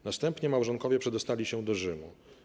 Następnie małżonkowie przedostali się do Rzymu.